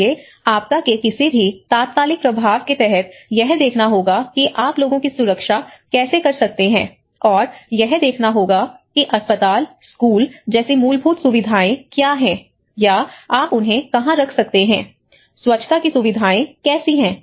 इसलिए आपदा के किसी भी तात्कालिक प्रभाव के तहत यह देखना होगा कि आप लोगों की सुरक्षा कैसे कर सकते हैं और यह देखना होगा कि अस्पताल स्कूल जैसी मूलभूत सुविधाएं क्या हैं या आप उन्हें कहां रख सकते हैं स्वच्छता की सुविधाएं कैसी हैं